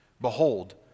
Behold